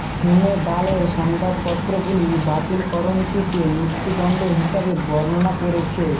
সেনেগালের সংবাদপত্রগুলি বাতিলকরণটিকে মৃত্যুদণ্ড হিসাবে বর্ণনা করেছে